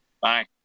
Bye